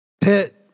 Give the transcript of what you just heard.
Pitt